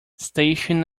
station